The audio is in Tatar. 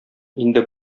инде